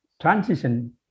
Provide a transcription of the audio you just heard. transition